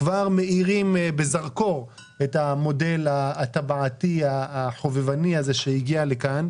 מאירים בזרקור את המודל הטבעתי החובבני הזה שהגיע לכאן.